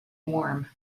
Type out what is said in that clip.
warm